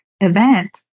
event